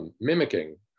Mimicking